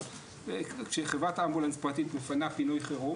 אבל כשחברת אמבולנס פרטית מפנה פינוי חירום